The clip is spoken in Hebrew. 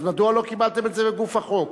אז מדוע לא קיבלתם את זה בגוף החוק?